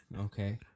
Okay